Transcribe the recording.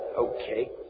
Okay